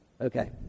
Okay